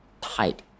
tight